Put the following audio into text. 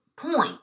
point